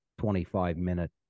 25-minute